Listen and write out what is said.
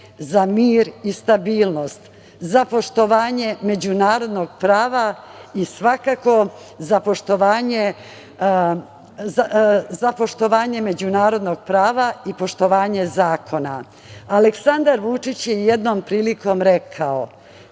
za mir i stabilnost, za poštovanje međunarodnog prava i poštovanje zakona. Aleksandar Vučić je jednom prilikom rekao